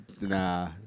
Nah